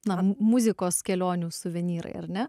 na muzikos kelionių suvenyrai ar ne